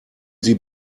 sie